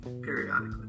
periodically